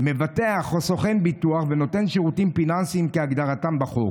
מבטח או סוכן ביטוח ונותן שירותים פיננסיים כהגדרתם בחוק.